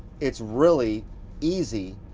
it's really easy